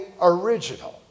original